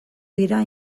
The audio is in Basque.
dira